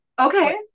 okay